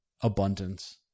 abundance